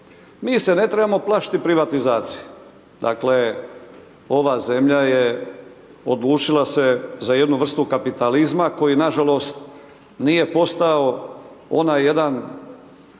Mi se ne trebamo plašiti privatizacije. Dakle ova zemlja je odlučila se za jednu vrstu kapitalizma koji nažalost nije postao onaj jedan